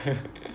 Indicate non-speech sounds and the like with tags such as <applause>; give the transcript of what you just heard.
<laughs>